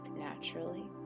naturally